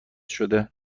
شده